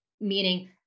meaning